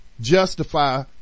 justify